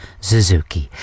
Suzuki